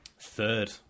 third